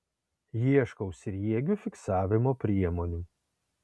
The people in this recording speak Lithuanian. ieškau sriegių fiksavimo priemonių